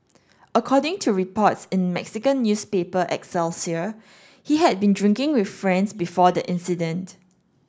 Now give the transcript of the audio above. according to reports in Mexican newspaper Excelsior he had been drinking with friends before the incident